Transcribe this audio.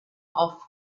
off